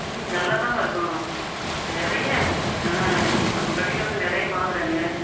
ம் நல்லாதாம்மா இருக்கும் நிறைய ஆ நம்ம கடையில் வந்து நிறைய வாங்கறாங்க